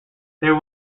there